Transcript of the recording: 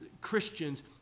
Christians